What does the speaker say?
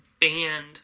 band